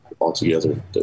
altogether